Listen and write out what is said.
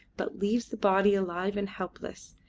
but leaves the body alive and helpless,